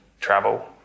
travel